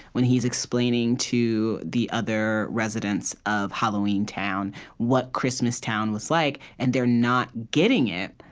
when he's explaining to the other residents of halloween town what christmas town was like. and they're not getting it,